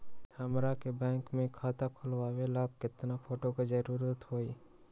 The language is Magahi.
हमरा के बैंक में खाता खोलबाबे ला केतना फोटो के जरूरत होतई?